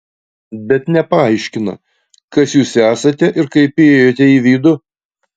bet nepaaiškina kas jūs esate ir kaip įėjote į vidų